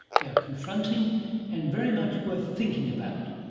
they are confronting and very much worth thinking about.